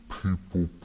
people